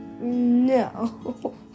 No